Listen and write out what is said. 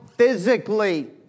Physically